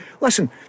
Listen